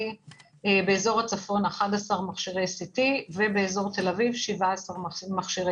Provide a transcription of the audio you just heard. באזור הצפון 11 מכשירים ובאזור תל אביב 17 מכשירים.